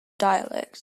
dialect